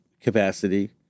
capacity